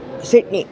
Sydney